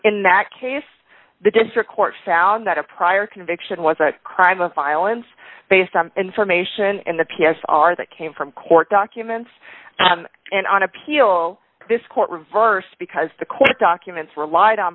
in that case the district court found that a prior conviction was a crime of violence based on information in the p s r that came from court documents and on appeal this court reversed because the court documents relied on